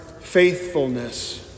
faithfulness